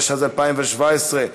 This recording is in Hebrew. התשע"ז 2017,